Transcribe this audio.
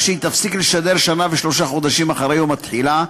כך שהיא תפסיק לשדר שנה ושלושה חודשים אחרי יום התחילה,